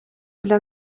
для